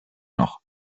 noch